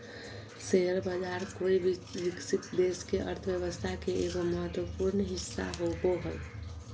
share बाज़ार कोय भी विकसित देश के अर्थ्व्यवस्था के एगो महत्वपूर्ण हिस्सा होबो हइ